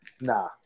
Nah